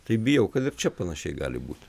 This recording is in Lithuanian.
tai bijau kad čia panašiai gali būt